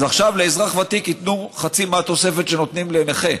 אז עכשיו לאזרח ותיק ייתנו חצי מהתוספת שנותנים לנכה.